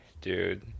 Dude